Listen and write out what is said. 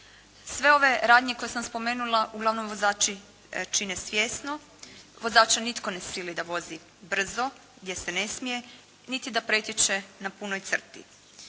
Sve ove ranije koje sam spomenula uglavnom vozači čine svjesno, vozača nitko ne sili da vozi brzo gdje se ne smije, niti da pretječe na punoj crti.